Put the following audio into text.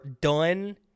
done